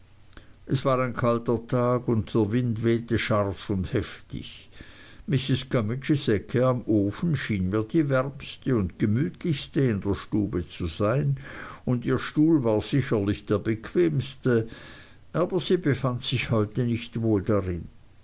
es war ein kalter tag und der wind wehte scharf und heftig mrs gummidges ecke am ofen schien mir die wärmste und gemütlichste in der stube zu sein und ihr stuhl war sicherlich der bequemste aber sie befand sich heute nicht wohl darin